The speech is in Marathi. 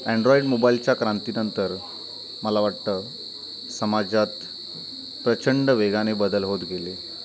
अँड्रॉईड मोबाईलच्या क्रांतीनंतर मला वाटतं समाजात प्रचंड वेगाने बदल होत गेले